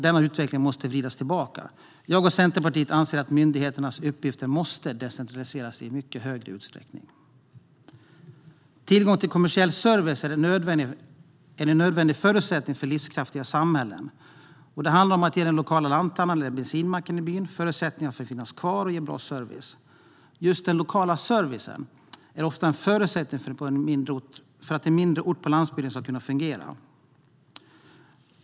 Denna utveckling måste vridas tillbaka. Jag och Centerpartiet anser att myndigheternas uppgifter måste decentraliseras i mycket större utsträckning. Tillgången till kommersiell service är en nödvändig förutsättning för livskraftiga samhällen. Det handlar om att ge den lokala lanthandlaren eller bensinmacken i byn förutsättningar att finnas kvar och ge bra service. Just den lokala servicen är ofta en förutsättning för att en mindre ort på landsbygden ska kunna fungera.